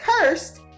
cursed